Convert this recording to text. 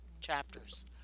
chapters